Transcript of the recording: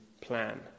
plan